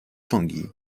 tanguy